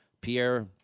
pierre